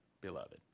beloved